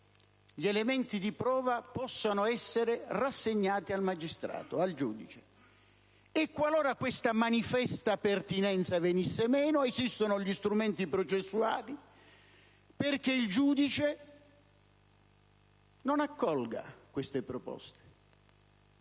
gli elementi di prova possano essere rassegnati al giudice e, qualora questa manifesta pertinenza venisse meno, esistono gli strumenti processuali perché il giudice non accolga le proposte.